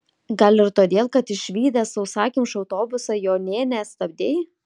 gal ir todėl kad išvydęs sausakimšą autobusą jo nė nestabdei